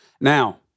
Now